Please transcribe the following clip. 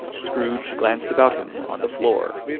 scrooge glanced about him on the floor,